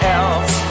else